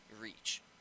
reach